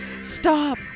Stop